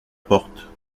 porte